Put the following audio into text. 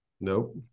Nope